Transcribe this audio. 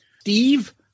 Steve